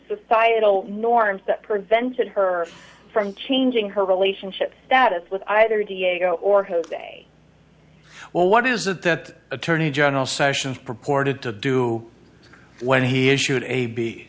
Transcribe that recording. societal norms that prevented her from changing her relationship status with either diego or jose well what is the attorney general sessions purported to do when